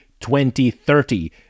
2030